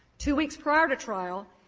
two weeks prior to trial,